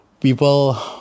People